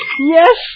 Yes